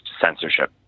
censorship